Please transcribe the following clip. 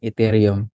Ethereum